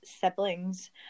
siblings